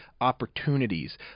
opportunities